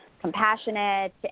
compassionate